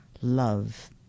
love